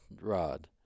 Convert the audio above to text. rod